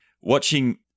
watching